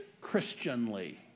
Christianly